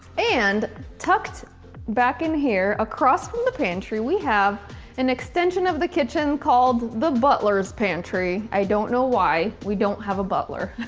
and tucked back in here across from the pantry we have an extension of the kitchen called the butlers pantry. i don't know why. we don't have a butler